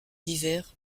divers